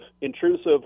intrusive